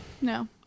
No